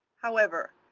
however,